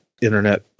internet